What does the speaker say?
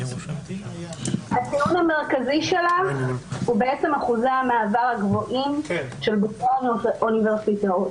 הטיעון המרכזי שלה הוא אחוזי המעבר הגבוהים של בוגרי האוניברסיטאות.